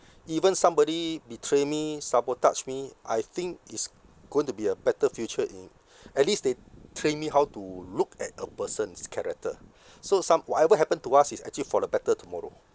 even somebody betray me sabotage me I think it's going to be a better future in at least they train me how to look at a person's character so some whatever happen to us is actually for a better tomorrow